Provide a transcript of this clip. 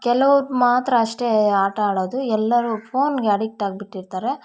ಕೆಲವ್ರು ಮಾತ್ರ ಅಷ್ಟೇ ಆಟ ಆಡೋದು ಎಲ್ಲರು ಫೋನ್ಗೆ ಅಡಿಕ್ಟಾಗಿಬಿಟ್ಟಿರ್ತಾರೆ